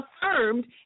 affirmed